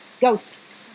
ghosts